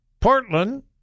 Portland